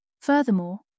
Furthermore